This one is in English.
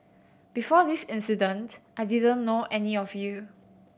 before this incident I didn't know any of you